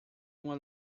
uma